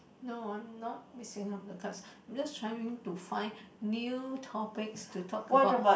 no I'm not missing up the cards I'm just trying to find new topics to talk about